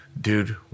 dude